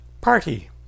Party